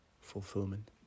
fulfillment